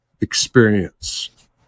experience